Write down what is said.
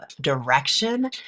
direction